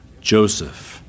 Joseph